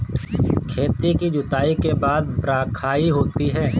खेती की जुताई के बाद बख्राई होती हैं?